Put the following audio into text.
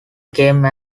came